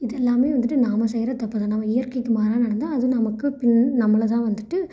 இதெல்லாமே வந்துவிட்டு நாம் செய்கிற தப்பு தான் நம்ம இயற்கைக்கு மாறாக நடந்தால் அது நமக்கு பின் நம்மளை தான் வந்துவிட்டு